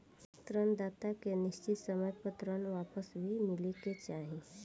ऋण दाता के निश्चित समय पर ऋण वापस भी मिले के चाही